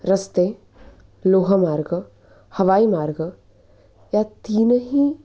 रस्ते लोहमार्ग हवाईमार्ग या तीनही